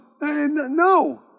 No